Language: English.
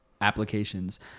applications